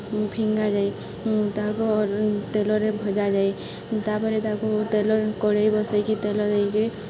ଫିଙ୍ଗା ଯାଏ ତାହାକୁ ତେଲରେ ଭଜା ଯାଏ ତା'ପରେ ତାକୁ ତେଲ କଡ଼େଇ ବସାଇକି ତେଲ ଦେଇକିରି